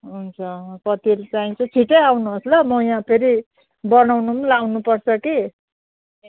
हुन्छ कति चाहिन्छ छिटै आउनुहोस् ल म यहाँ फेरि बनाउनु पनि लागानुपर्छ कि